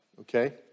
okay